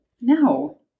No